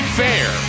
fair